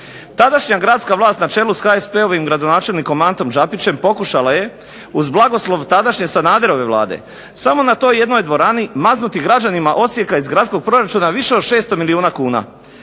Tadašnja gradska vlast na čelu sa HSP-ovim gradonačelnikom Antom Đapićem pokušala je uz blagoslov tadašnje Sanaderove Vlade samo na toj jednoj dvorani maznuti građanima Osijeka iz gradskog proračuna više od 600 milijuna kuna.